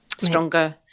stronger